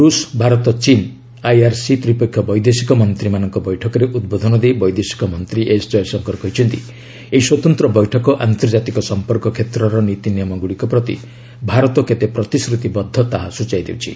ରୁଷ ଭାରତ ଚୀନ୍ ଆର୍ଆଇସି ତ୍ତୀପକ୍ଷିୟ ବୈଦେଶିକ ମନ୍ତ୍ରୀମାନଙ୍କ ବୈଠକରେ ଉଦ୍ବୋଧନ ଦେଇ ବୈଦେଶିକ ମନ୍ତ୍ରୀ ଏସ୍ ଜୟଶଙ୍କର କହିଛନ୍ତି ଏହି ସ୍ୱତନ୍ତ୍ର ବୈଠକ ଆନ୍ତର୍ଜାତିକ ସମ୍ପର୍କ କ୍ଷେତ୍ରର ନୀତିନିୟମଗୁଡ଼ିକ ପ୍ରତି ଭାରତ କେତେ ପ୍ରତିଶ୍ରତିବଦ୍ଧ ତାହା ସୂଚାଇ ଦେଉଛି